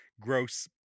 gross